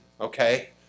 okay